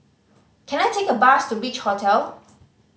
can I take a bus to Beach Hotel